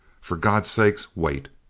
for god's sake, wait!